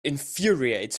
infuriates